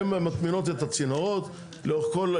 הן מטמינות את הצינורות לאורך כל,